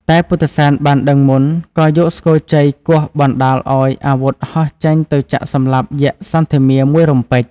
តែពុទ្ធិសែនបានដឹងមុនក៏យកស្គរជ័យគោះ បណ្តាលឲ្យអាវុធហោះចេញទៅចាក់សម្លាប់យក្ខសន្ធមារមួយរំពេច។